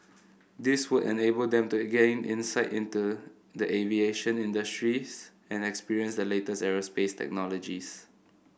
this would enable them to again insight into the aviation industries and experience the latest aerospace technologies